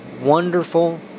wonderful